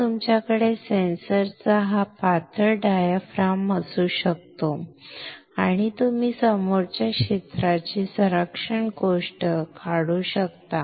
तर तुमच्याकडे सेन्सरचा हा पातळ डायाफ्राम असू शकतो आणि नंतर तुम्ही समोरच्या क्षेत्राची संरक्षण गोष्ट काढू शकता